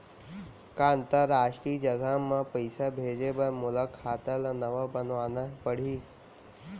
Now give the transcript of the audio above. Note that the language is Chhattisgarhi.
का अंतरराष्ट्रीय जगह म पइसा भेजे बर मोला खाता ल नवा बनवाना पड़ही?